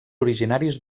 originaris